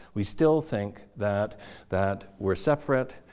we still think that that we're separate.